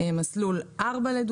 לדוגמה מסלול 4,